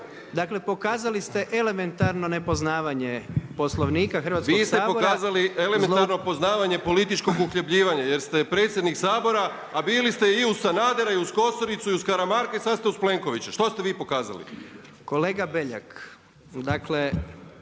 dakle, pokazali ste elementarno nepoznavanje Poslovnik Hrvatskog sabora …/Upadica Beljak: Vi ste pokazali elementarno poznavanje političkog uhljebljivanja, jer ste predsjednik Sabora, a bili ste i uz Sanadera, i uz Kosoricu i uz Karamarka i sad ste uz Plenkovića, što ste vi pokazali./… Kolega Beljak,